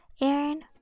Aaron